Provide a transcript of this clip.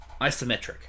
Isometric